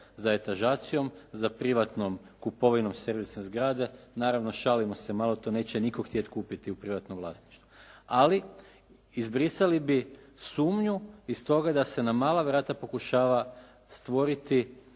za etažacijom, za privatnom kupovinom servisne zgrade. Naravno, šalimo se malo. To neće nitko htjeti kupiti u privatnom vlasništvu. Ali izbrisali bi sumnju iz toga da se na mala vrata pokušava stvoriti